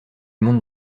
monde